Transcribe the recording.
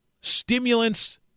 stimulants